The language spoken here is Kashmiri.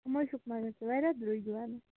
یِم حظ چھُکھ مگر ژٕ واریاہ درۅگۍ دِوان